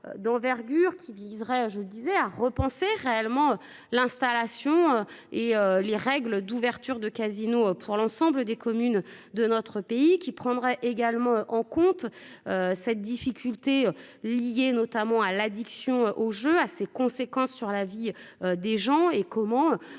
d'envergure qui viserait je disais à repenser réellement l'installation et les règles d'ouverture de casino pour l'ensemble des communes de notre pays, qu'il prendrait également en compte. Cette difficulté liée notamment à l'addiction aux jeux à ses conséquences sur la vie des gens et comment